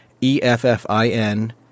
E-F-F-I-N